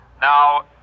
Now